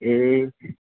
ए